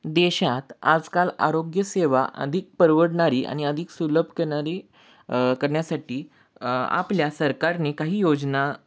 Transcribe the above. देशात आजकाल आरोग्यसेवा अधिक परवडणारी आणि अधिक सुलभ करणारी करण्यासाठी आपल्या सरकारने काही योजना